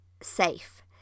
safe